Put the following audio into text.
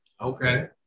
okay